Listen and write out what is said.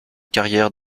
carrière